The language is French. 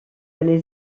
les